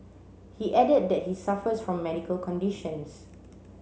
he added that he suffers from medical conditions